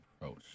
approach